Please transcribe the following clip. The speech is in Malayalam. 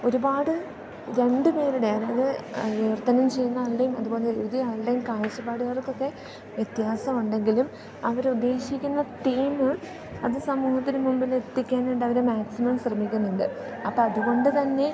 ഒരുപാട് രണ്ട് പേരുടെ അതായത് വിവർത്തനം ചെയ്യുന്ന ആളുടെയും അതുപോലെ എഴുതിയയാളുടെയും കാഴ്ചപ്പാടുകൾക്കൊക്കെ വ്യത്യാസം ഉണ്ടെങ്കിലും അവരുദ്ദേശിക്കുന്ന തീമ് അത് സമൂഹത്തിന് മുമ്പിലെത്തിക്കാനായിട്ട് അവർ മാക്സിമം ശ്രമിക്കുന്നുണ്ട് അപ്പം അതുകൊണ്ട് തന്നെ